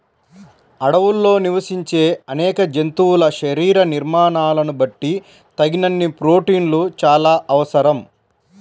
అడవుల్లో నివసించే అనేక జంతువుల శరీర నిర్మాణాలను బట్టి తగినన్ని ప్రోటీన్లు చాలా అవసరం